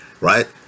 right